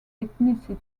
ethnicity